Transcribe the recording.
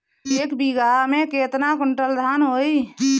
एक बीगहा में केतना कुंटल धान होई?